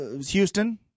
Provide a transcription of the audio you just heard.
Houston